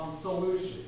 Solution